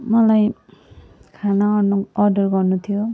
मलाई खाना अर्नु अर्डर गर्नु थियो